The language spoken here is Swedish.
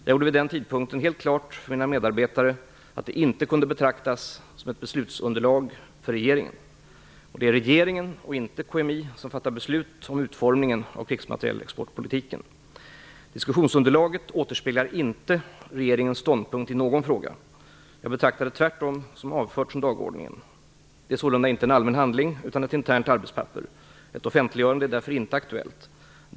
Jag gjorde vid den tidpunkten helt klart för mina medarbetare att det inte kunde betraktas som ett beslutsunderlag för regeringen. Det är regeringen och inte KMI som fattar beslut om utformningen av krigsmaterielexportpolitiken. Diskussionsunderlaget återspeglar inte regeringens ståndpunkt i någon fråga. Jag betraktar det tvärtom som avfört från dagordningen. Det är sålunda inte en allmän handling utan ett internt arbetspapper. Ett offentliggörande är därför inte aktuellt.